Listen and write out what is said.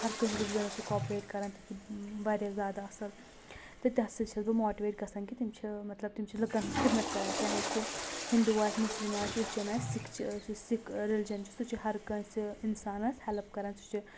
ہر کٲنٛسہِ رِلِجَنس سۭتۍ کاپریٹ کران تِم چھِ واریاہ زیادٕ اَصٕل تہٕ تَتھ سۭتۍ چھَس بہٕ ماٹِویٹ گژھان کہِ تِم چھِ مطلب تِم چھِ لُکَن ہٕنٛز خدمت کَرَان چاہے سُہ ہِندوٗ آسہِ مُسلِم آسہِ کرِسچَن آسہِ سکِھ رِلِجَن چھُ سُہ چھُ ہر کٲنٛسہِ اِنسانَس ہیلٕپ کَران سُہ چھُ